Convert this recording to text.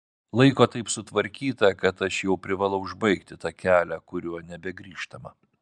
laiko taip sutvarkyta kad aš jau privalau užbaigti tą kelią kuriuo nebegrįžtama